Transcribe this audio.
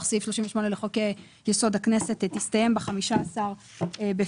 סעיף 38 לחוק יסוד: הכנסת תסתיים ב-15 בפברואר,